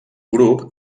grup